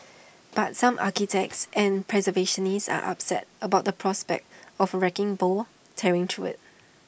but some architects and preservationists are upset about the prospect of wrecking ball tearing through IT